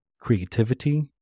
creativity